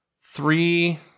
three